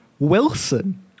Wilson